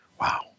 Wow